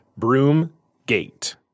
Broomgate